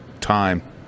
time